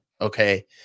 okay